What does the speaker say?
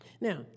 Now